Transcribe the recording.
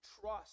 trust